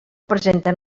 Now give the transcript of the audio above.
presenten